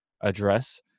address